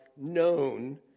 known